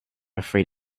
afraid